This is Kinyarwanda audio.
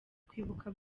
kwibuka